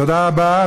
תודה רבה.